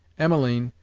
emmeline,